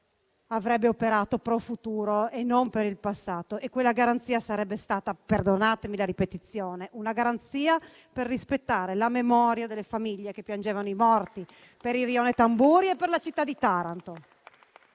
avrebbe operato *pro futuro* e non per il passato; quella garanzia sarebbe stata - perdonatemi la ripetizione - una garanzia per rispettare la memoria delle famiglie che piangevano i morti, per il rione Tamburi e per la città di Taranto.